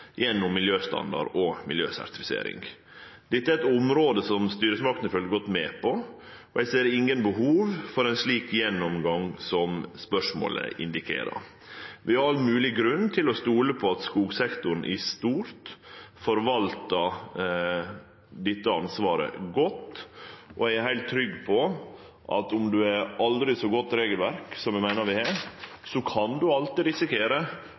gjennom miljøstandard og miljøsertifisering. Dette er eit område som styresmaktene følgjer godt med på, og eg ser ingen behov for ein slik gjennomgang som spørsmålet indikerer. Vi har all mogleg grunn til å stole på at skogsektoren i stort forvaltar dette ansvaret godt, og eg er heilt trygg på at om ein har eit aldri så godt regelverk, som eg meiner vi har, så kan ein alltid risikere